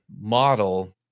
model